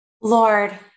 Lord